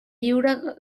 lliure